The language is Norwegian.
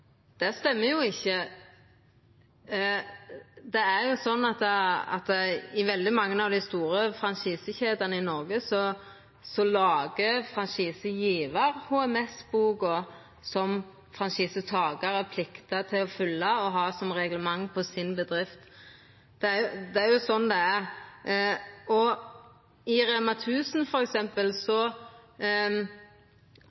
Det stemmer jo ikkje. I veldig mange av dei store franchisekjedene i Noreg lagar franchisegjevaren HMS-boka som franchisetakaren pliktar å følgja og ha som reglement for bedrifta si. Det er sånn det er. I REMA 1000,